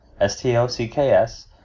s-t-o-c-k-s